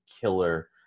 killer